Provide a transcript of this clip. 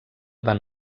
van